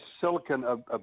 silicon